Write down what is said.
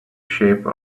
shape